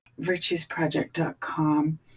virtuesproject.com